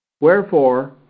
Wherefore